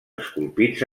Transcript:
esculpits